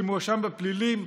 שמואשם בפלילים,